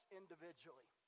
individually